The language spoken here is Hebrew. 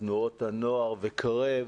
תנועות הנוער וקרב,